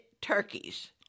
turkeys